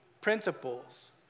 principles